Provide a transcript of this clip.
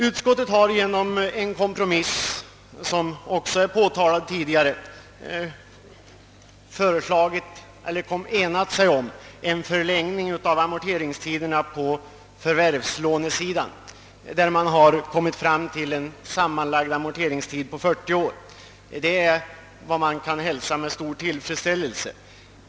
Utskottet har genom en kompromiss, som också är påtalad tidigare, enat sig om en förlängning av amorteringstiderna på förvärvslånesidan och föreslår en sammanlagd amorteringstid av 40 år. Detta kan hälsas med stor tillfredsställelse.